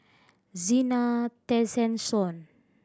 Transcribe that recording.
Zena Tessensohn